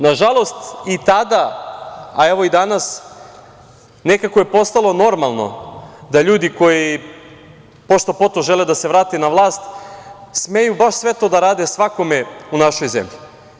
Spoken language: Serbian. Nažalost, i tada, a evo i danas, nekako je postalo normalno da ljudi koji pošto-poto žele da se vrate na vlast, smeju baš sve to da rade svakome u našoj zemlji.